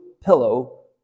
pillow